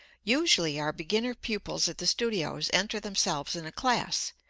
usually our beginner pupils at the studios enter themselves in a class,